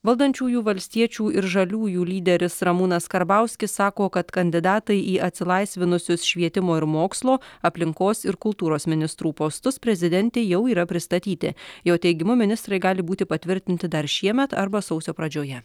valdančiųjų valstiečių ir žaliųjų lyderis ramūnas karbauskis sako kad kandidatai į atsilaisvinusius švietimo ir mokslo aplinkos ir kultūros ministrų postus prezidentei jau yra pristatyti jo teigimu ministrai gali būti patvirtinti dar šiemet arba sausio pradžioje